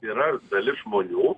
yra dalis žmonių